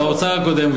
של שר האוצר הקודם,